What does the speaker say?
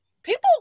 People